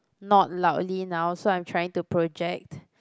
not loudly now so I'm trying to project